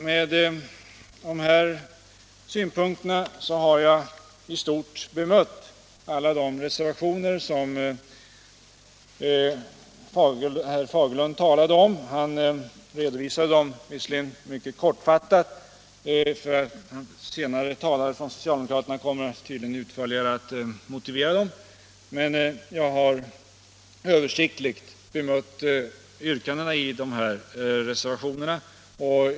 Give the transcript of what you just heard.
Med dessa synpunkter har jag i stort sett bemött de reservationer som herr Fagerlund nämnde. Han redovisade en del mycket kortfattat; en senare talare från socialdemokraterna kommer tydligen att motivera dem utförligare. Jag har översiktligt bemött yrkandena i dessa reservationer.